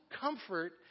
comfort